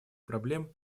проблем